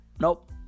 nope